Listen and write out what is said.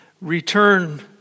return